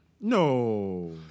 No